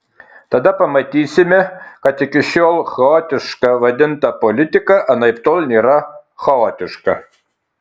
tada pamatysime kad iki šiol chaotiška vadinta politika anaiptol nėra chaotiška